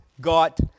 got